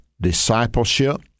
discipleship